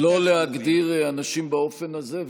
לא להגדיר אנשים באופן הזה.